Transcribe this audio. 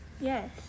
Yes